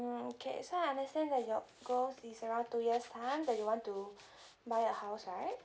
mm okay so I understand that your goals is around two years ah that you want to buy a house right